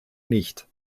nicht